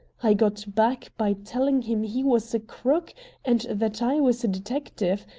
i got back by telling him he was a crook and that i was a detective,